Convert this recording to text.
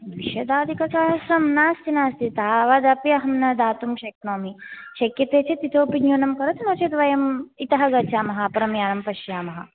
द्विशताधिकसहस्रं नास्ति नास्ति तावदपि अहं न दातुं शक्नोमि शक्यते चेत् इतोऽपि न्यूनं करोतु नो चेत् वयम् इतः गच्छामः अपरं यानं पश्यामः